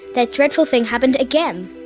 that dreadful thing happened again!